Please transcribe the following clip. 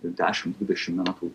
ten dešimt dvidešimt metų